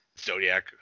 Zodiac